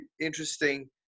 interesting